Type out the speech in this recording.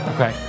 Okay